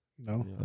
No